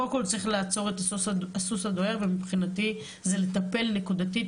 קודם כל צריך לעצור את הסוס הדוהר ומבחינתי זה לטפל נקודתית